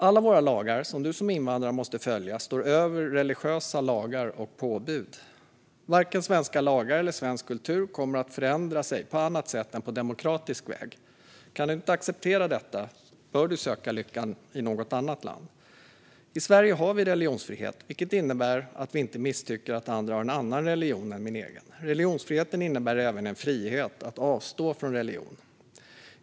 Alla våra lagar som du som invandrare måste följa står över religiösa lagar och påbud. Varken svenska lagar eller svensk kultur kommer att förändras på annat sätt än på demokratisk väg. Kan du inte acceptera detta bör du söka lyckan i något annat land. I Sverige har vi religionsfrihet, vilket innebär att vi inte misstycker om andra har en annan religion än vår egen. Religionsfrihet innebär även friheten att avstå från religion.